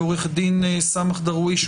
לעו"ד סמאח דרויש,